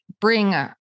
bring